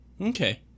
Okay